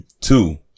Two